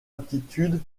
attitude